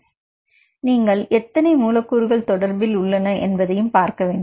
ஏனெனில் நீங்கள் எத்தனை மூலக்கூறுகள் தொடர்பில் உள்ளன என்பதை பார்க்க வேண்டும்